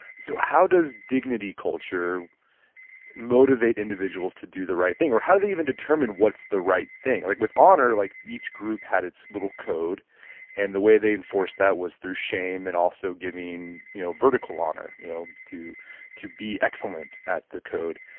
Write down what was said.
so how does dignity culture motivate individuals to do the right thing? how do they even determine what's the right thing? like with honor, like each group had its little code and the way they enforced that was through shame, and also giving you know vertical honor you know to to be excellent at the code.